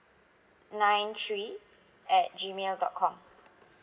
nine three at gmail dot com